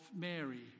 Mary